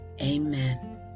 Amen